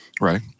right